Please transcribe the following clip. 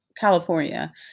California